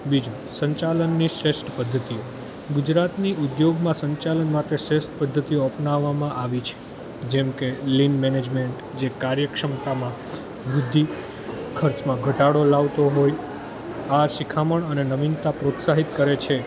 બીજું સંચાલનની શ્રેષ્ઠ પદ્ધતિઓ ગુજરાતની ઉદ્યોગમાં સંચાલન માટે શ્રેષ્ટ પદ્ધતિઓ અપનાવવામાં આવી છે જેમ કે લીન મેનેજમેન્ટ જે કાર્યક્ષમતા વૃદ્ધિ ખર્ચમાં ધટાડો લાવતો હોય આ શિખામણ અને નવીનતા પ્રોત્સાહિત કરે છે